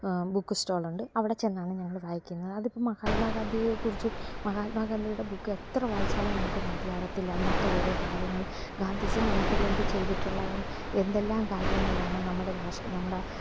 book സ്റ്റാളുണ്ട് അവിടെ ചെന്നാണ് ഞങ്ങൾ വാങ്ങിക്കുന്നത് അത് ഇപ്പം മഹാത്മാ ഗാന്ധിയെ കുറിച്ച് മഹാത്മ ഗാന്ധിയുടെ ബുക്ക് എത്ര വായിച്ചാലും നമുക്കു മതിയാകത്തില്ല അതിനകത്ത് ഓരോ കാര്യങ്ങൾ ഗാന്ധിജി നമുക്കു വേണ്ടി ചെയ്തിട്ടുള്ള എന്തെല്ലാം കാര്യങ്ങളാണ് നമ്മുടെ രാ നമ്മുടെ